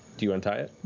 do you untie it?